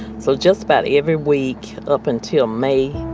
so just about every week up until may,